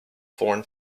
foreign